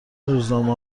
روزنامه